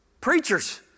Preachers